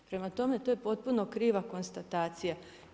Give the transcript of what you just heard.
Prema tome, to je potpuno kriva konstatacija.